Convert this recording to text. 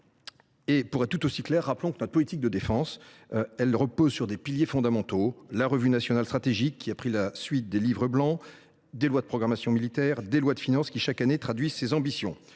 Et pour être tout aussi clair, rappelons que notre politique de défense repose sur les piliers fondamentaux que sont la revue nationale stratégique, qui a pris la suite des livres blancs, une loi de programmation militaire (LPM) et des lois de finances qui, chaque année, traduisent les ambitions